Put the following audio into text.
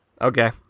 Okay